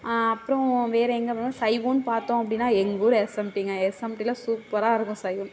அப்புறம் வேறு எங்கே போவோம் சைவம்ன்னு பார்த்தோம் அப்படினா எங்கள் ஊர் எஸ்எம்டிங்க எஸ்எம்டியில் சூப்பராக இருக்கும் சைவம்